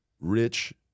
Rich